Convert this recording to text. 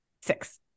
six